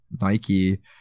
nike